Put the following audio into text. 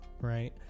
right